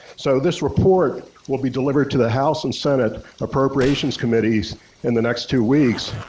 so this report will be delivered to the house and senate appropriations committees in the next two weeks.